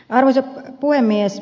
arvoisa puhemies